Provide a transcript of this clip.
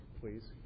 please